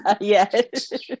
Yes